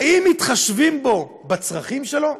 האם מתחשבים בו, בצרכים שלו?